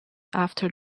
after